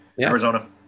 Arizona